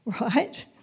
right